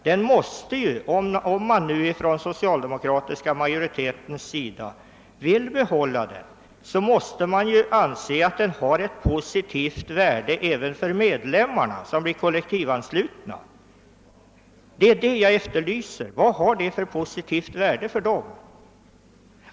Om den socialdemokratiska majoriteten vill behålla kollektivanslutningen, måste man ju anse att den har ett positivt värde även för medlemmarna som blir anslutna. Jag efterlyser alltså, vilket positivt värde kollektivanslutningen har för medlemmarna.